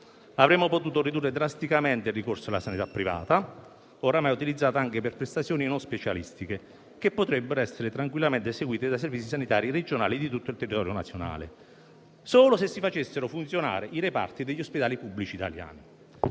Avremmo potuto ridurre drasticamente il ricorso alla sanità privata, ormai utilizzata anche per prestazioni non specialistiche, che potrebbero essere seguite tranquillamente dai servizi sanitari regionali di tutto il territorio nazionale solo se si facessero funzionare i reparti degli ospedali pubblici italiani,